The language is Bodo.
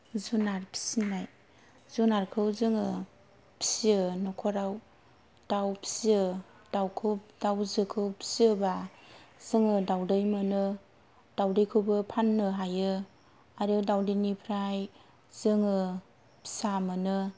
जुनार फिसिनाय जुनारखौ जोङो फिसियो न'खराव दाउ फिसियो दाउखौ दाउ जोखौ फिसियोबा जोङो दाउदै मोनो दाउदैखौबो फाननो हायो आरो दाउदैनिफ्राय जोङो फिसा मोनो